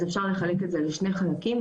אז אפשר לחלק את זה לשני חלקים.